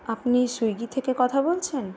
আপনি সুইগি থেকে কথা বলছেন